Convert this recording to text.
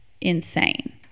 insane